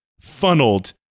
funneled